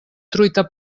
truita